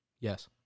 yes